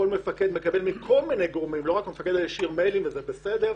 כל מפקד מקבל מיילים מגורמים שונים ולא רק מהמפקד הישיר וזה בסדר.